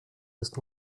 ist